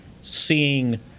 seeing